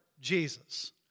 Jesus